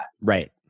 Right